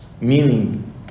Meaning